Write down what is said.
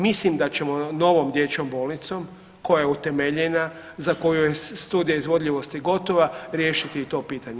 Mislim da ćemo novom dječjom bolnicom koja je utemeljena, za koju je studija izvodljivosti gotova riješiti i to pitanje.